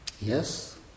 Yes